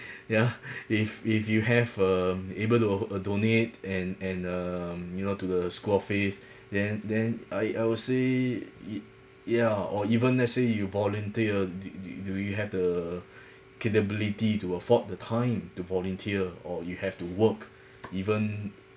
yeah if if you have um able to donate and and um you know to the school office then then I I will see it yeah or even let's say you volunteer do do do you have the capability to afford the time the volunteer or you have to work even